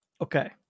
Okay